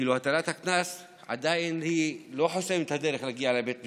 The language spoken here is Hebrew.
הטלת הקנס עדיין לא חוסמת את הדרך להגיע לבית משפט,